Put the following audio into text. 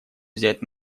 взять